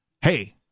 hey